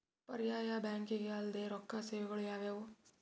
ಪರ್ಯಾಯ ಬ್ಯಾಂಕಿಂಗ್ ಅಲ್ದೇ ರೊಕ್ಕ ಸೇವೆಗಳು ಯಾವ್ಯಾವು?